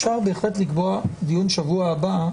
אפשר בהחלט לקבוע דיון בשבוע הבא,